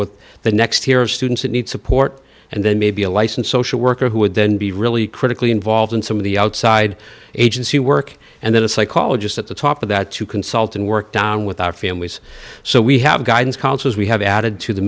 with the next tier of students that need support and then maybe a licensed social worker who would then be really critically involved in some of the outside agency work and then a psychologist at the top of that to consult and work down with our families so we have guidance counselors we have added to the